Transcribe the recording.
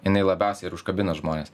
jinai labiausiai ir užkabina žmones